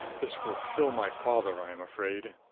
this will kill my father, i am afraid.